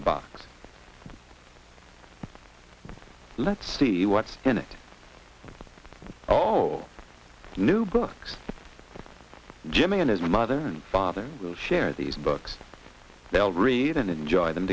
the box let's see what's in it all new books jimmy and his mother and father will share these books they'll read and enjoy them